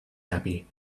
happy